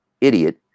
idiot